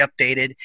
updated